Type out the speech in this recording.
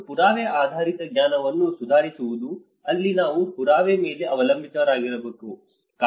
ಮತ್ತು ಪುರಾವೆ ಆಧಾರಿತ ಜ್ಞಾನವನ್ನು ಸುಧಾರಿಸುವುದು ಅಲ್ಲಿ ನಾವು ಪುರಾವೆ ಮೇಲೆ ಅವಲಂಬಿತರಾಗಬೇಕು